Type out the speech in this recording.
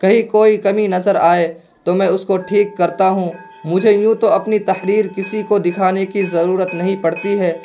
کہیں کوئی کمی نظر آئے تو میں اس کو ٹھیک کرتا ہوں مجھے یوں تو اپنی تحریر کسی کو دکھانے کی ضرورت نہیں پڑتی ہے